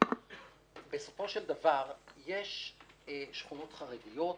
בסופו של דבר יש שכונות חרדיות.